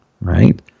right